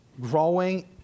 growing